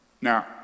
Now